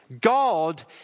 God